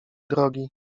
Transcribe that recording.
drogi